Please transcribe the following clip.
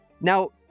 Now